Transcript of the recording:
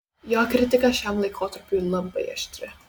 jo kritika šiam laikotarpiui labai aštri